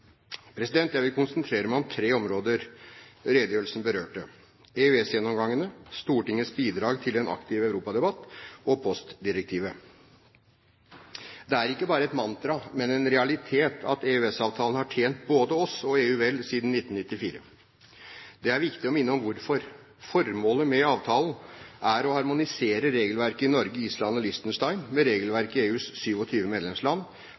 Jeg vil konsentrere meg om tre områder redegjørelsen berørte: EØS-gjennomgangene, Stortingets bidrag til en aktiv europadebatt og postdirektivet. Det er ikke bare et mantra, men en realitet at EØS-avtalen har tjent både oss og EU vel siden 1994. Det er viktig å minne om hvorfor. Formålet med avtalen er å harmonisere regelverket i Norge, Island og Liechtenstein med regelverket i EUs 27 medlemsland,